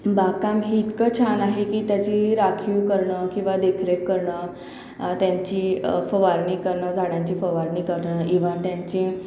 बागकाम हे इतकं छान आहे की त्याची राखीव करणं किंवा देखरेख करणं त्यांची फवारणी करणं झाडांची फवारणी करणं इव्हन त्यांचे छाटणी करणं